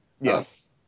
yes